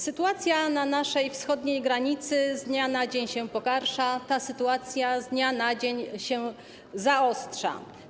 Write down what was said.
Sytuacja na naszej wschodniej granicy z dnia na dzień się pogarsza, z dnia na dzień się zaostrza.